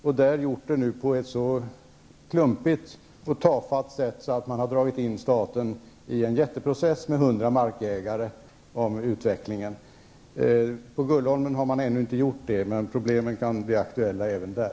Det har skett på ett så klumpigt och tafatt sätt att man har dragit in staten i en jätteprocess om utvecklingen med 100 markägare. På Gullholmen har detta ännu inte skett, men problemen kan bli aktuella även där.